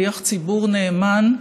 שליח ציבור נאמן.